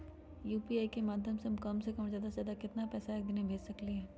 UPI के माध्यम से हम कम से कम और ज्यादा से ज्यादा केतना पैसा एक दिन में भेज सकलियै ह?